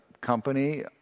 company